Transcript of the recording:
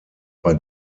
bei